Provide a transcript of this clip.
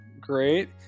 great